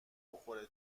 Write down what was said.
بخوره